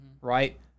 right